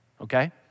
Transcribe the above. okay